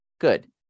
Good